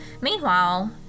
Meanwhile